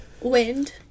wind